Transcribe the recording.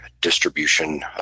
distribution